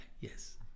yes